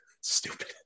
Stupid